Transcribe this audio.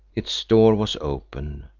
its door was open,